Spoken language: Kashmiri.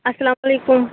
اَسلام علیکُم